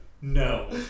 No